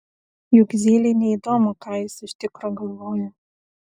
juk zylei neįdomu ką jis iš tikro galvoja